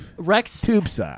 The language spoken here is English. Rex